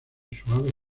suaves